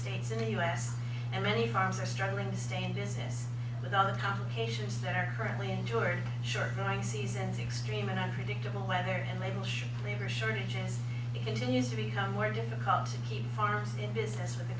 states in the us and many farms are struggling to stay in business with all the complications that are currently endured short growing seasons extreme and unpredictable weather and labor shortages it continues to become more difficult to keep farms in business with the